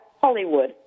Hollywood